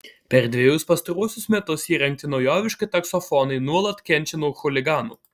per dvejus pastaruosius metus įrengti naujoviški taksofonai nuolat kenčia nuo chuliganų